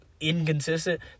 inconsistent